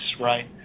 right